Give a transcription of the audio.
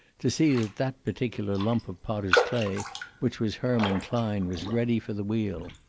to see that that particular lump of potters' clay which was herman klein was ready for the wheel.